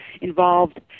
involved